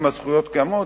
אם הזכויות קיימות,